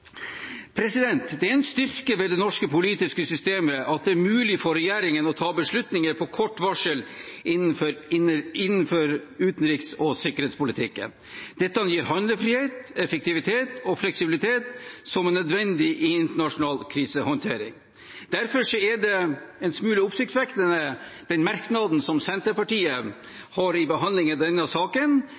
land. Det er en styrke ved det norske politiske systemet at det er mulig for regjeringen å ta beslutninger på kort varsel innenfor utenriks- og sikkerhetspolitikken. Dette gir handlefrihet, effektivitet og fleksibilitet som er nødvendig i internasjonal krisehåndtering. Derfor er den en smule oppsiktsvekkende, merknaden som Senterpartiet har i behandlingen av denne saken,